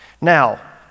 Now